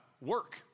work